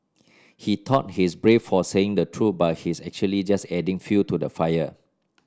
he thought he's brave for saying the truth but he's actually just adding fuel to the fire